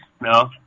No